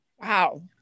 Wow